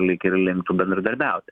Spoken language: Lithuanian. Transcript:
lyg ir linktų bendradarbiauti